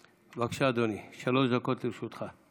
בבקשה, אדוני, שלוש דקות לרשותך.